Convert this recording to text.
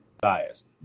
biased